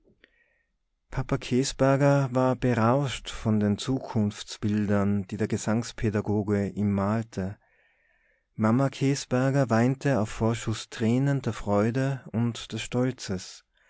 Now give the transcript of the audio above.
papa käsberger war berauscht von den zukunftsbildern die der gesangspädagoge ihm malte mama käsberger weinte auf vorschuß tränen der freude und des stolzes